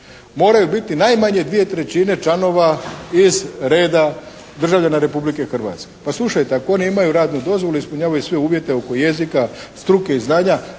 moraju biti najmanje 2/3 članova iz reda državljana Republike Hrvatske. Pa slušajte, ako oni imaju radnu dozvolu i ispunjavaju sve uvjete oko jezika, struke i znanja,